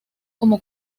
como